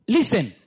Listen